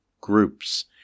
groups